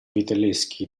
vitelleschi